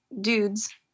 dudes